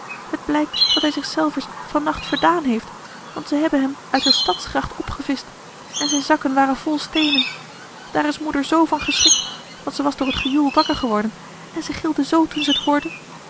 het blijkt dat hij zich zelvers van nacht verdaan heeft want ze hebben hem uit de stadsgracht opgevischt en zijn zakken waren vol steenen daar is moeder zoo van geschrikt want ze was door t gejoel wakker geworden en ze gilde zoo toen zij t hoorde